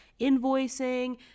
invoicing